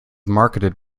marketed